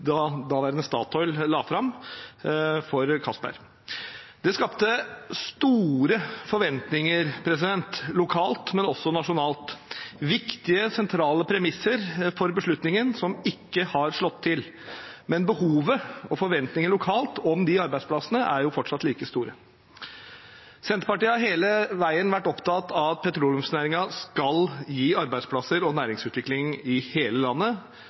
daværende Statoil, la fram for Castberg. Det skapte store forventninger lokalt, men også nasjonalt. Det er viktige, sentrale premisser for beslutningen som ikke har slått til, men behovet og forventningene lokalt om de arbeidsplassene er fortsatt like store. Senterpartiet har hele veien vært opptatt av at petroleumsnæringen skal gi arbeidsplasser og næringsutvikling i hele landet